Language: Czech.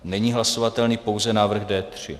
Není hlasovatelný pouze návrh D3.